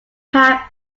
have